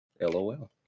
LOL